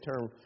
term